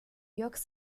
york